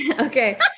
Okay